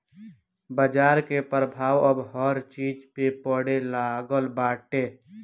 बाजार के प्रभाव अब हर चीज पे पड़े लागल बाटे